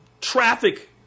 traffic